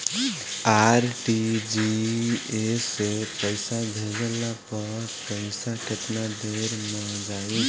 RTGS से पईसा भेजला पर पईसा केतना देर म जाई?